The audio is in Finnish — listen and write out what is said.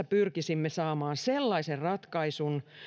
pyrkisimme saamaan tässä sellaisen ratkaisun